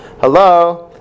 Hello